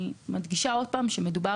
אני מדגישה שוב,